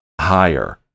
higher